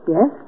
Yes